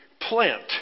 plant